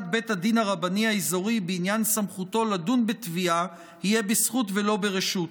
בית הדין הרבני האזורי בעניין סמכותו לדון בתביעה יהיה בזכות ולא ברשות.